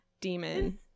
demon